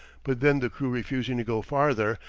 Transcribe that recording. but then the crew refusing to go farther,